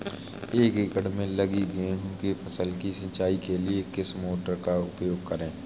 एक एकड़ में लगी गेहूँ की फसल की सिंचाई के लिए किस मोटर का उपयोग करें?